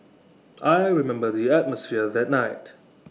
I remember the atmosphere that night